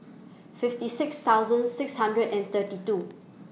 fifty six thousand six hundred and thirty two